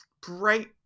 bright